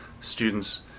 students